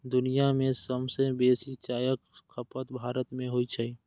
दुनिया मे सबसं बेसी चायक खपत भारत मे होइ छै